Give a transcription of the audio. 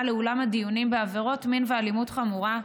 לאולם הדיונים בעבירות מין ואלימות חמורה,